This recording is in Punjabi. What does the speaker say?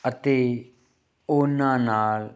ਅਤੇ ਉਹਨਾਂ ਨਾਲ